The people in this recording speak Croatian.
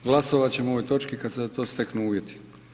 Glasovat ćemo o ovoj točki kada se za to steknu uvjeti.